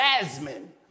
Jasmine